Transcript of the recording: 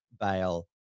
bail